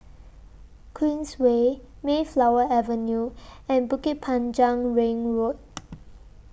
Queensway Mayflower Avenue and Bukit Panjang Ring Road